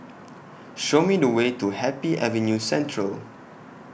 Show Me The Way to Happy Avenue Central